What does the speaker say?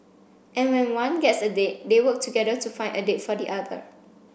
and when one gets a date they work together to find a date for the other